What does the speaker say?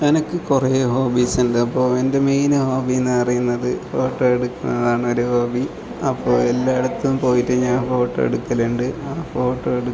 എനിക്ക് കുറേ ഹോബീസ് ഉണ്ട് അപ്പോൾ എൻ്റെ മെയിൻ ഹോബി എന്ന് പറയുന്നത് ഫോട്ടോ എടുക്കുന്നതാണ് ഒരു ഹോബി അപ്പോൾ എല്ലായിടത്തും പോയിട്ട് ഞാൻ ഫോട്ടോ എടുക്കലുണ്ട്